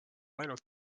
ainult